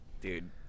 dude